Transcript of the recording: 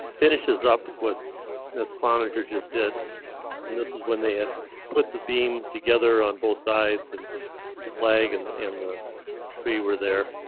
finishes up with miss cloninger. just did and this is when they had put the beam together on both sides and the flag and in the tree were there.